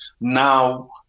now